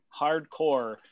Hardcore